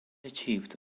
achieved